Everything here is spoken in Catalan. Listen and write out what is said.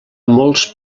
molts